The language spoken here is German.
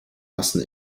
massen